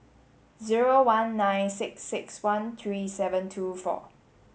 zero one nine six six one three seven two four